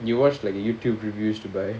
you watched like a youtube reviews to buy